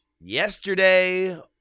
yesterday